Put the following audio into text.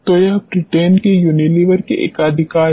तो यह ब्रिटेन के यूनिलीवर के एकाधिकार है